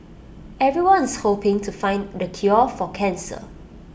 everyone's hoping to find the cure for cancer